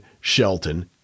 Shelton